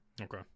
Okay